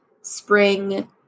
spring